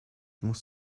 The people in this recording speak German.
muss